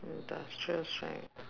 industrial strength